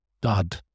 dud